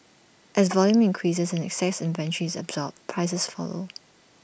as volume increases and excess inventory is absorbed prices follow